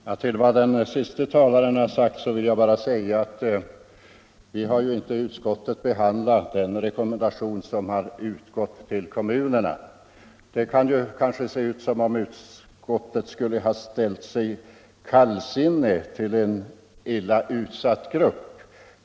Herr talman! Till den senaste talaren vill jag säga att vi inte i utskottet har behandlat den rekommendation som har utgått från kommunförbundet till kommunerna. Det kan kanske se ut som om utskottet skulle ha ställt sig kallsinnigt till en illa utsatt grupp.